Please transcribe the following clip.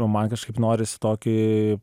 o man kažkaip norisi tokį